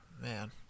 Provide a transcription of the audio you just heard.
Man